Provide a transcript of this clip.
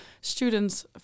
students